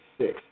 six